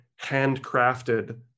handcrafted